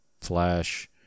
Flash